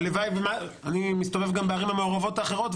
אני מסתובב גם בערים המעורבות האחרות,